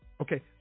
Okay